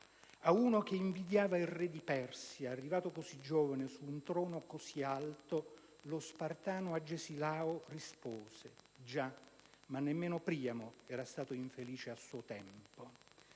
a uno che invidiava il re di Persia, arrivato così giovane su un trono così alto, lo spartano Agesilao rispose «già, ma nemmeno Priamo era stato infelice a suo tempo».